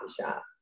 shop